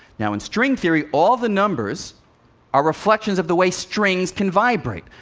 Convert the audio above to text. now in string theory, all the numbers are reflections of the way strings can vibrate.